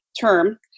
term